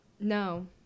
no